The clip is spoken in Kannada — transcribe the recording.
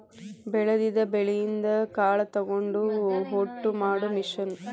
ಬೆಳದಿದ ಬೆಳಿಯಿಂದ ಕಾಳ ತಕ್ಕೊಂಡ ಹೊಟ್ಟ ಮಾಡು ಮಿಷನ್